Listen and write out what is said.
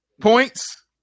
points